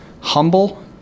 humble